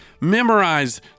Memorize